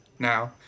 Now